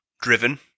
Driven